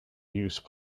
use